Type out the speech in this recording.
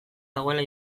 dagoela